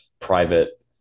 private